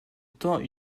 temps